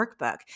workbook